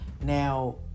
Now